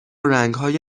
رنگهای